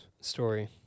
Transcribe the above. story